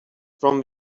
from